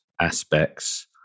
aspects